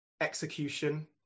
execution